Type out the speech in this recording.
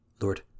Lord